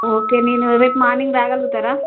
okay నేను రేపు morning రాగలుగుతారా